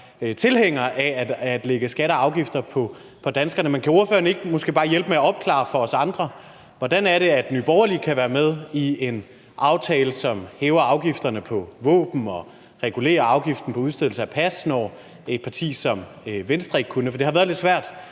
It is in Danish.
tilhængere af at lægge skatter og afgifter på danskerne, men kan ordføreren måske ikke hjælpe med at opklare det for os andre, hvordan Nye Borgerlige kan være med i en aftale, som hæver afgifterne på våben og regulerer afgiften på udstedelse af pas, når et parti som Venstre ikke kunne være med. Det har nemlig været lidt svært